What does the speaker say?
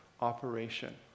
operation